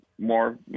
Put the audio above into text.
more